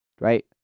Right